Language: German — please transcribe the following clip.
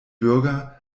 bürger